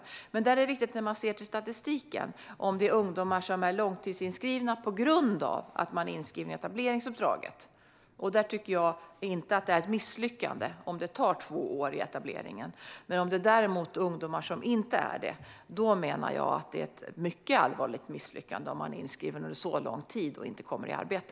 Om det är ungdomar som är långtidsinskrivna på grund av att de är inskrivna i etableringsuppdraget tycker jag inte att det är ett misslyckande om det tar två år i etableringen. Om det däremot är ungdomar som inte är inskrivna i etableringsuppdraget menar jag att det är ett mycket allvarligt misslyckande om de är inskrivna på Arbetsförmedlingen under så lång tid och inte kommer i arbete.